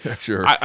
Sure